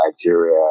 Nigeria